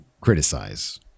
criticize